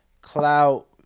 clout